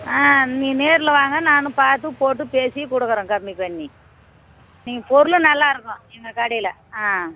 ஆ நீ நேரில் வாங்க நான் பார்த்து போட்டு பேசி கொடுக்குறேன் கம்மி பண்ணி நீ பொருளு நல்லாயிருக்கும் எங்கள் கடையில் ஆ